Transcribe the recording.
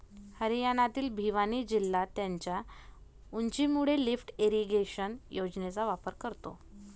हरियाणातील भिवानी जिल्हा त्याच्या उंचीमुळे लिफ्ट इरिगेशन योजनेचा वापर करतो